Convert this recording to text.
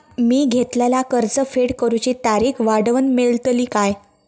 मी घेतलाला कर्ज फेड करूची तारिक वाढवन मेलतली काय?